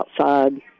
outside